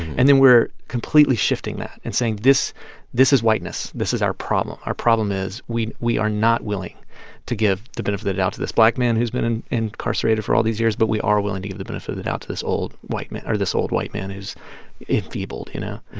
and then we're completely shifting that and saying, this this is whiteness. this is our problem. our problem is we we are not willing to give the benefit out to this black man who's been and incarcerated for all these years, but we are willing to give the benefit of the doubt to this old white man or this old white man who's enfeebled, you know?